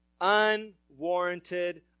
unwarranted